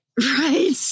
Right